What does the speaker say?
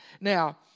Now